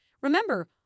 Remember